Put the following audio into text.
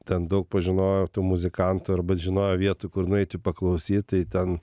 ten daug pažinojo tų muzikantų žinojo vietų kur nueit jų paklausyt tai ten